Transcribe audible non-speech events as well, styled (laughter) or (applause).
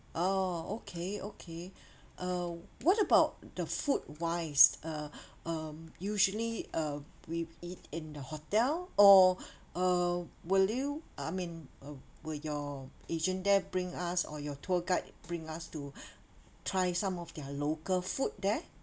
oh okay okay uh what about the food wise uh um usually uh we eat in the hotel or uh will you uh I mean uh will your agent there bring us or your tour guide bring us to (breath) try some of their local food there